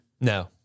No